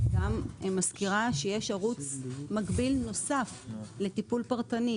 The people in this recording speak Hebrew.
אני גם מזכירה שיש ערוץ מקביל נוסף לטיפול פרטני,